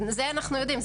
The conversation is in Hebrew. את זה אנחנו יודעים,